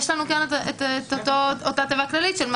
יש לנו את אותה תיבה כללית.